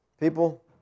People